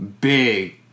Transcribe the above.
big